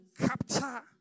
capture